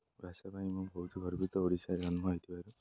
ପାଇଁ ମୁଁ ବହୁତ ଗର୍ବିତ ଓଡ଼ିଶା ଜନ୍ମ ହେଇଥିବାରୁ